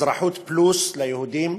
אזרחות פלוס ליהודים,